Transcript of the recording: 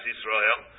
Israel